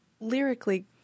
lyrically